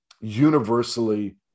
universally